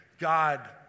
God